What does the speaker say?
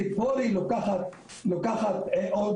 ציפורי לוקחת עוד,